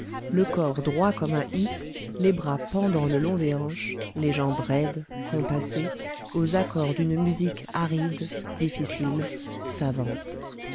le corps droit comme un i les bras pendants le long des hanches les jambes raides compassées aux accords d'une musique aride difficile savante